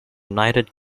united